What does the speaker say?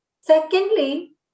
Secondly